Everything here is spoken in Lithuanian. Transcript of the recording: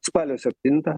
spalio septintą